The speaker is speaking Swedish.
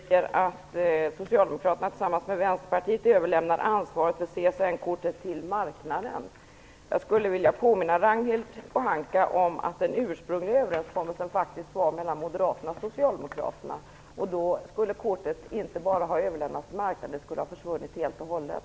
Herr talman! Ragnhild Pohanka säger att Socialdemokraterna tillsammans med Vänsterpartiet överlämnar ansvaret för CSN-kortet till marknaden. Jag skulle vilja påminna Ragnhild Pohanka om att den ursprungliga överenskommelsen faktiskt träffades mellan Socialdemokraterna och Moderaterna. Då skulle kortet inte bara ha överlämnats till marknaden utan det skulle ha försvunnit helt och hållet.